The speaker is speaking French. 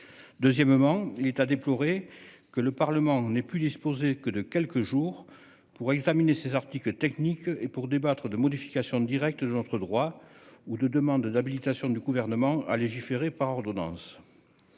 Deuxièmement, il est à déplorer que le Parlement n'est plus disposé que de quelques jours pour examiner ces articles techniques et pour débattre de modification directe entre droit ou de demandes d'habilitation du gouvernement à légiférer par ordonnances.